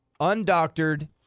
undoctored